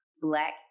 Black